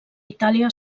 itàlia